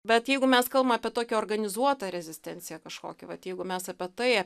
bet jeigu mes kalbam apie tokią organizuotą rezistenciją kažkokią vat jeigu mes apie tai